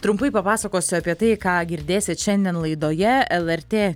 trumpai papasakosiu apie tai ką girdėsit šiandien laidoje lrt